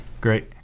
Great